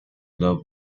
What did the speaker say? love